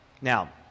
Now